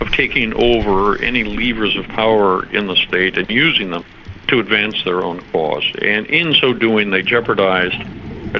of taking over any levers of power in the state and using them to advance their own cause. and in so doing they jeopardised